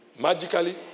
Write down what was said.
magically